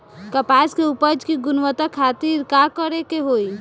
कपास के उपज की गुणवत्ता खातिर का करेके होई?